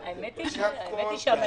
בדרך כלל בתקופה